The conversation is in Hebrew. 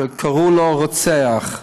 שקראו לו "רוצח".